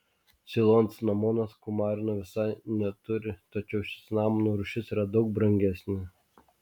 ceilono cinamonas kumarino visai neturi tačiau ši cinamono rūšis yra daug brangesnė